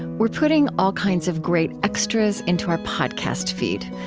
we're putting all kinds of great extras into our podcast feed.